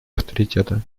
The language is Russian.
авторитета